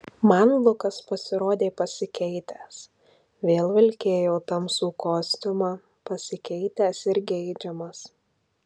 man lukas pasirodė pasikeitęs vėl vilkėjo tamsų kostiumą pasikeitęs ir geidžiamas